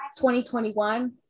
2021